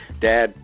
dad